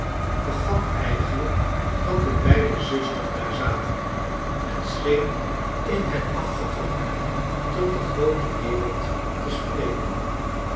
vergat eigenlijk dat de beide zusters daar zaten en sclieen in het afgetrokkene tot de groote wereld te spreken